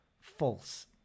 false